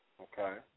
Okay